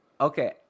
Okay